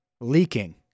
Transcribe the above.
leaking